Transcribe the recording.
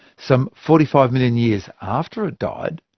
some forty five million years after it died,